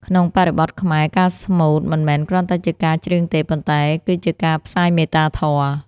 ក្នុងបរិបទខ្មែរ ការស្មូតមិនមែនគ្រាន់តែជាការច្រៀងទេ ប៉ុន្តែគឺជាការផ្សាយមេត្តាធម៌។